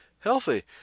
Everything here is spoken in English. healthy